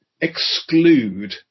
exclude